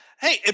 Hey